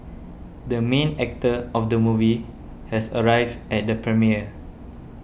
the main actor of the movie has arrived at the premiere